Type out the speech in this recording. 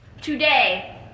Today